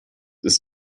ist